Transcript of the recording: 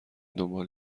دنبال